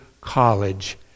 college